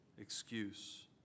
excuse